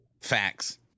Facts